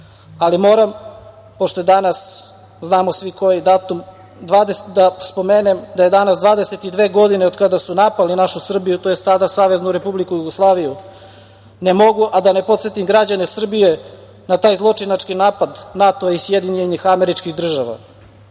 ali moram, pošto je danas znamo svi koji je datum, da spomenem da je danas 22 godine od kada su napali našu Srbiju tj. tada Saveznu Republiku Jugoslaviju. Ne mogu, a da ne podsetim građane Srbije na taj zločinački napad NATO i SAD.Naše nebo tada